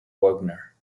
wagner